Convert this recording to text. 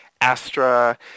Astra